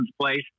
place